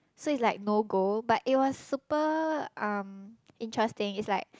so it's like no go but it was super um interesting it's like